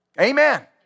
Amen